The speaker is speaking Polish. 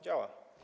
Działa.